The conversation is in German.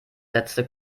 setzte